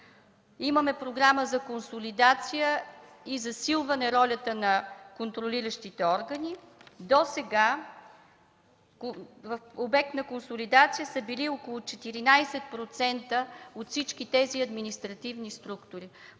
Имаме Програма за консолидация и засилване ролята на контролиращите органи. Досега обект на консолидация са били около 14% от всички административни структури.